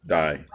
die